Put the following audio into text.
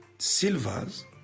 silvers